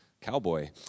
Cowboy